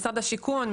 משרד השיכון.